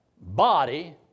body